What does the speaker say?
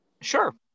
sure